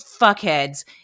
fuckheads